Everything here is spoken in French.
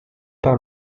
par